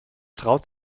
traut